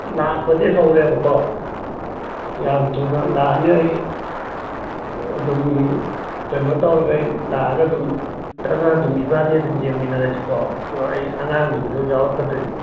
ꯂꯥꯛꯄꯗꯤ ꯍꯧꯔꯦꯕꯀꯣ ꯌꯥꯝ ꯊꯨꯅ ꯂꯥꯛꯑꯅꯤ ꯑꯩ ꯑꯗꯨꯝ ꯀꯩꯅꯣꯇꯧꯔꯒ ꯑꯩ ꯂꯥꯛꯑꯒ ꯑꯗꯨꯝ ꯅꯪꯒ ꯑꯗꯨꯝ ꯏꯕꯥꯅꯤ ꯑꯗꯨꯝ ꯌꯦꯡꯃꯤꯟꯅꯔꯁꯤꯀꯣ ꯑꯗꯣ ꯑꯩ ꯑꯉꯥꯡꯁꯤꯡꯁꯨ ꯌꯥꯎꯔꯛꯀꯗꯣꯏꯅꯤ